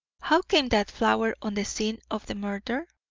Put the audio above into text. how came that flower on the scene of the murder?